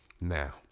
Now